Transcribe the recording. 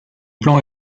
plan